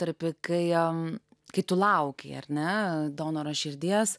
tarp kai jam kai tu lauki ar ne donoro širdies